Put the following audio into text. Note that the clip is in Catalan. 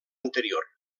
anterior